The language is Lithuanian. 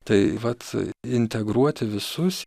tai vat integruoti visus